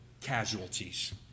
casualties